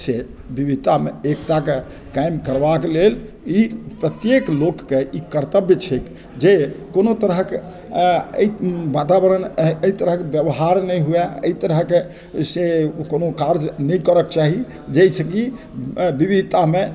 से विविधतामे एकताके कायम करबाके लेल ई प्रत्येक लोकके ई कर्तव्य छै जे कोनो तरहके एहि वातावरण एहि तरहके बेवहार नहि हुअए एहि तरहसँ कोनो कार्य नहि करैके चाही जाहिसँकि विविधतामे